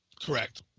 Correct